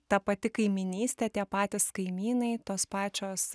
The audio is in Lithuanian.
ta pati kaimynystė tie patys kaimynai tos pačios